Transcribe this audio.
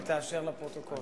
שהיא תאשר לפרוטוקול.